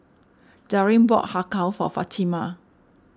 Darin bought Har Kow for Fatima